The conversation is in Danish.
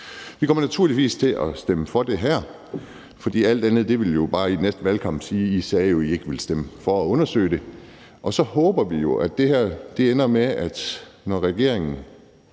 Vi kommer naturligvis til at stemme for det her, for alt andet ville jo bare betyde, at man til næste valgkamp vil sige: I sagde jo, at I ikke ville stemme for at undersøge det. Og så håber vi jo, at det her ender med, at vi, når regeringen